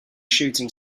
shooting